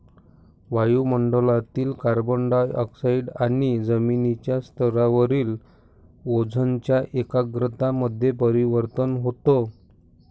वायु मंडळातील carbon dioxide आणि जमिनीच्या स्तरावरील ओझोनच्या एकाग्रता मध्ये परिवर्तन होतं